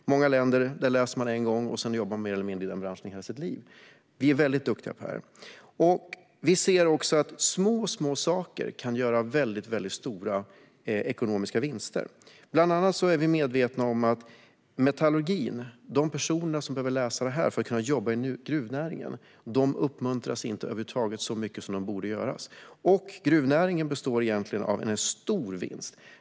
I många länder studerar man en gång, och sedan jobbar man i denna bransch mer eller mindre hela sitt liv. Men vi är mycket duktiga på vuxenutbildning. Vi ser också att små, små saker kan leda till väldigt stora ekonomiska vinster. Bland annat är vi medvetna om att personer som behöver läsa om metallurgi för att kunna jobba i gruvnäringen inte uppmuntras över huvud taget så mycket som de borde. Gruvnäringen består egentligen av en stor vinst.